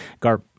Garp